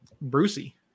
brucey